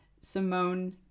Simone